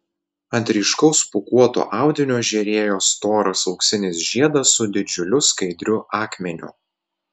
ant ryškaus pūkuoto audinio žėrėjo storas auksinis žiedas su didžiuliu skaidriu akmeniu